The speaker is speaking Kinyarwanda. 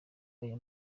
aya